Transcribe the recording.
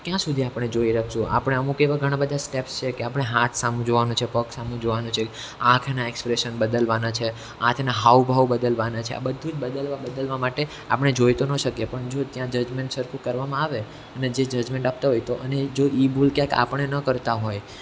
ક્યાં સુધી આપણે જોઈ રાખીશું આપણે અમુક એવા ઘણા બધા સ્ટેપ્સ છે કે આપણે હાથ સામું જોવાનું છે પગ સામું જોવાનું છે આંખના એક્સપ્રેશન બદલવાના છે હાથના હાવભાવ બદલવાના છે આ બધું જ બદલવા બદલવા માટે આપણે જોઈ તો નો શકીએ પણ જો ત્યાં જજમેંટ સરખું કરવામાં આવે અને જે જજમેંટ આપતા હોય તો અને જો એ ભૂલ ક્યાંક આપણે ન કરતા હોય